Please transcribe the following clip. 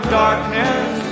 darkness